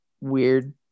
weird